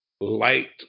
light